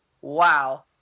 wow